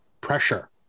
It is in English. pressure